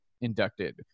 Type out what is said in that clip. inducted